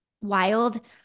wild